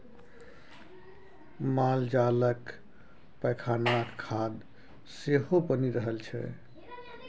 मालजालक पैखानाक खाद सेहो बनि रहल छै